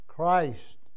Christ